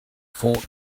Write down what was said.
fought